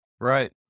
Right